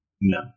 No